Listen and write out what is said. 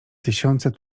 tysiące